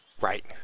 Right